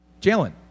Jalen